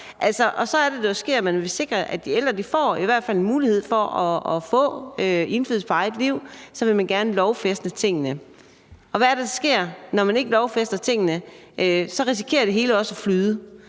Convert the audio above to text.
lavede nok. Man vil sikre, at de ældre i hvert fald får en mulighed for at få indflydelse på eget liv, og så vil man gerne lovfæste tingene. Og hvad er det, der sker, når man ikke lovfæster tingene? Så risikerer det hele også at flyde.